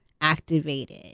activated